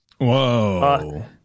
whoa